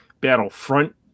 Battlefront